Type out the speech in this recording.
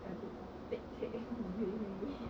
a bit pekcek with me